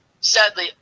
Sadly